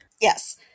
Yes